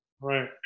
Right